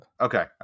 Okay